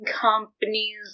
companies